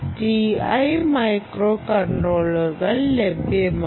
Ti മൈക്രോകൺട്രോളുകൾ ലഭ്യമാണ്